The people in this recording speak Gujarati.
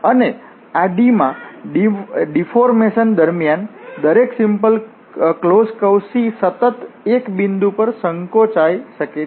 અને આ D માં ડિફોર્મેશન દરમિયાન દરેક સિમ્પલ ક્લોસ્ડ કર્વ C સતત એક બિંદુ પર સંકોચાઇ શકે છે